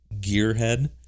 gearhead